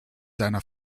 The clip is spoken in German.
seiner